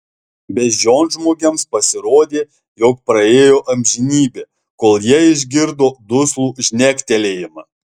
beždžionžmogiams pasirodė jog praėjo amžinybė kol jie išgirdo duslų žnektelėjimą